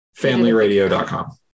Familyradio.com